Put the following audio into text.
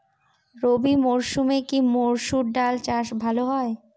রবি মরসুমে কি মসুর ডাল চাষ ভালো হয়?